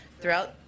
throughout